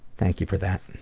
thank you for that.